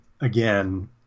again